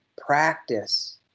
practice